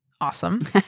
awesome